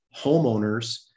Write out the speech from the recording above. homeowners